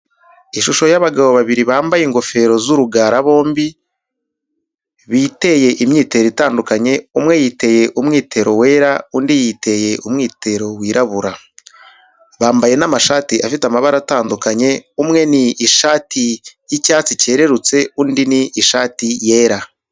Ishusho y'abagabo babiri bambaye ingofero z'urugara bombi, biteye imyitero itandukanye, umwe yiteye umwitero wera, undi yiteye umwitero wirabura. Bambaye n'amashati afite amabara atandukanye, umwe ni ishati y'icyatsi cyerurutse, undi ni ishati yera.